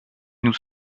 nous